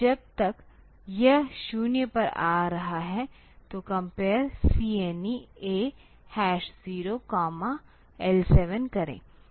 तो जब तक यह 0 पर आ रहा है तो कम्पेयर CNE A 0 L7 करें